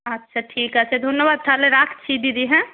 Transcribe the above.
আচ্ছা ঠিক আছে ধন্যবাদ তাহলে রাখছি দিদি হ্যাঁ